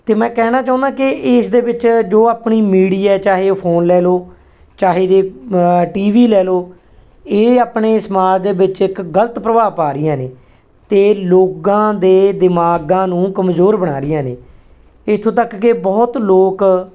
ਅਤੇ ਮੈਂ ਕਹਿਣਾ ਚਾਹੁੰਦਾ ਕਿ ਇਸ ਦੇ ਵਿੱਚ ਜੋ ਆਪਣੀ ਮੀਡੀਆ ਚਾਹੇ ਉਹ ਫੋਨ ਲੈ ਲਓ ਚਾਹੇ ਜੇ ਟੀ ਵੀ ਲੈ ਲਓ ਇਹ ਆਪਣੇ ਸਮਾਜ ਦੇ ਵਿੱਚ ਇੱਕ ਗਲਤ ਪ੍ਰਭਾਵ ਪਾ ਰਹੀਆਂ ਨੇ ਅਤੇ ਲੋਕਾਂ ਦੇ ਦਿਮਾਗਾਂ ਨੂੰ ਕਮਜ਼ੋਰ ਬਣਾ ਰਹੀਆਂ ਨੇ ਇੱਥੋਂ ਤੱਕ ਕਿ ਬਹੁਤ ਲੋਕ